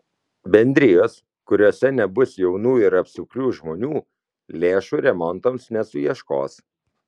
bendrijos kuriose nebus jaunų ir apsukrių žmonių lėšų remontams nesuieškos